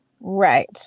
Right